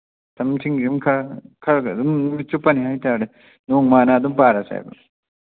ꯈꯔꯒ ꯑꯗꯨꯝ ꯅꯨꯃꯤꯠ ꯆꯨꯞꯄꯅꯦ ꯍꯥꯏ ꯇꯥꯔꯦ ꯅꯣꯡꯃꯅ ꯑꯗꯨꯝ ꯄꯥꯔꯁꯦ ꯍꯥꯏꯕ